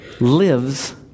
lives